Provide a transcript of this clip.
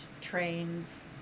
trains